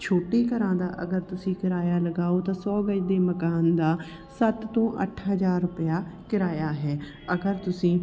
ਛੋਟੇ ਘਰਾਂ ਦਾ ਅਗਰ ਤੁਸੀਂ ਕਿਰਾਇਆ ਲਗਾਓ ਤਾਂ ਸੌ ਗਜ ਦੇ ਮਕਾਨ ਦਾ ਸੱਤ ਤੋਂ ਅੱਠ ਹਜਾਰ ਰੁਪਇਆ ਕਿਰਾਇਆ ਹੈ ਅਗਰ ਤੁਸੀਂ